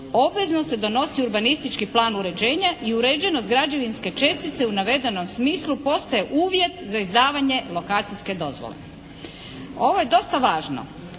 obvezno se donosi urbanistički plan uređenja i uređenost građevinske čestice u navedenom smislu postaje uvjet za izdavanje lokacijske dozvole. Ovo je dosta važno.